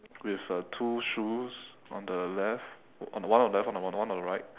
with uh two shoes on the left one on the left one on the right